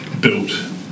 built